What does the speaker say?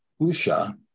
Husha